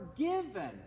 forgiven